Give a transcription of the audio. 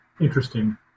interesting